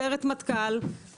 סיירת מטכ"ל,